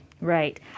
Right